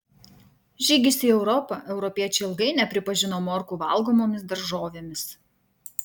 žygis į europą europiečiai ilgai nepripažino morkų valgomomis daržovėmis